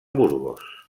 burgos